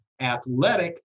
athletic